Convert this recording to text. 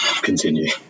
continue